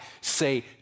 say